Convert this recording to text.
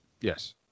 yes